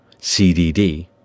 CDD